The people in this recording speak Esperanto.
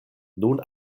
nun